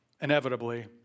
inevitably